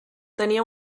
tenia